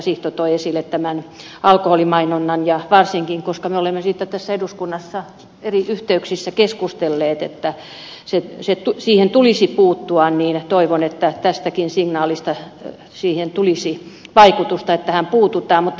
sihto toi esille tämä alkoholimainonta ja varsinkin koska me olemme siitä tässä eduskunnassa eri yhteyksissä keskustelleet että siihen tulisi puuttua niin toivon että tästäkin signaalista siihen tulisi vaikutusta että tähän puututaan